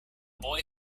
boy